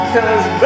Cause